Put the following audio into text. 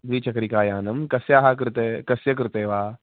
द्विचक्रिकायानं कस्याः कृते कस्य कृते वा